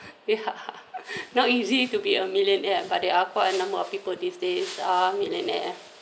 ya not easy to be a millionaire but there are quite a number of people these days are millionaire